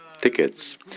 tickets